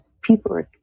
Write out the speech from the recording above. people